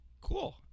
Cool